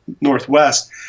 Northwest